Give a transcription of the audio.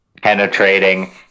Penetrating